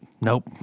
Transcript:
nope